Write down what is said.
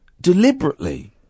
deliberately